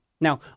Now